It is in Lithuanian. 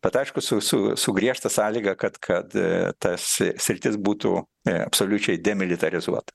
bet aišku su su su griežta sąlyga kad kad tas sritis būtų absoliučiai demilitarizuota